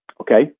okay